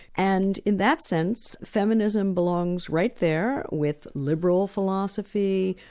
and in that sense, feminism belongs right there with liberal philosophy,